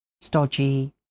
stodgy